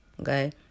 okay